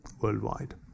worldwide